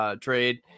trade